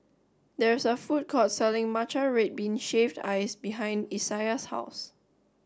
there is a food court selling Matcha Red Bean Shaved Ice behind Isaias' House